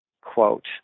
quote